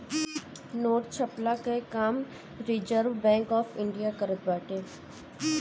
note छ्पला कअ काम रिजर्व बैंक ऑफ़ इंडिया करत बाटे